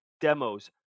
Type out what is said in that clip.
demos